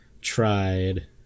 tried